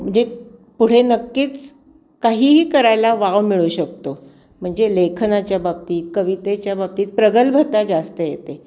म्हणजे पुढे नक्कीच काहीही करायला वाव मिळू शकतो म्हणजे लेखनाच्या बाबतीत कवितेच्या बाबतीत प्रगल्भता जास्त येते